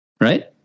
Right